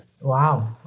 Wow